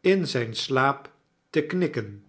in zijn slaap te knikken